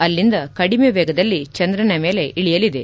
ಅಲ್ಲಿಂದ ಕಡಿಮೆ ವೇಗದಲ್ಲಿ ಚಂದ್ರನ ಮೇಲೆ ಇಳಿಯಲಿದೆ